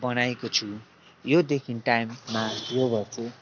बनाएको छु योदेखि टाइममा यो गर्छु